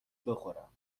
بخورم